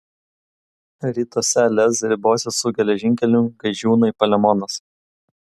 rytuose lez ribosis su geležinkeliu gaižiūnai palemonas